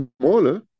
smaller